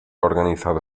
organizado